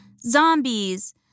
zombies